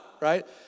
right